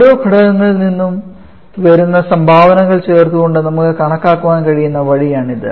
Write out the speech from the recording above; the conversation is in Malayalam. ഓരോ ഘടകങ്ങളിൽ നിന്നും വരുന്ന സംഭാവനകൾ ചേർത്തുകൊണ്ട് നമുക്ക് കണക്കാക്കാൻ കഴിയുന്ന വഴിയാണിത്